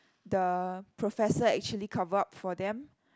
the professor actually cover up for them